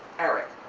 eric.